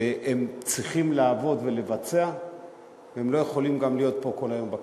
הם צריכים לעבוד ולבצע והם לא יכולים גם להיות כל היום פה בכנסת.